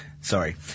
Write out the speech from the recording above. Sorry